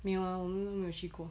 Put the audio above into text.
没有 ah 我们都没有去过